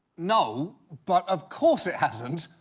no, but of course it hasn't,